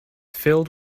filled